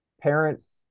parents